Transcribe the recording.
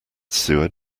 sewer